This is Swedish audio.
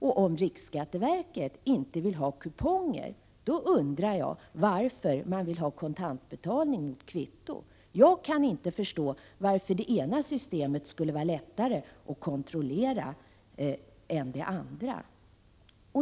Och om riksskatteverket inte vill ha kuponger, undrar jag varför man vill ha kontantbetalning mot kvitto. Jag kan inte förstå varför det ena systemet skulle vara lättare att kontrollera än det andra.